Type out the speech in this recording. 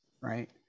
right